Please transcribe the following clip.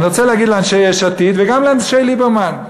אני רוצה להגיד לאנשי יש עתיד וגם לאנשי ליברמן,